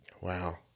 Wow